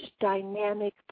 dynamic